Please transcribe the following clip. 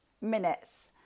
Minutes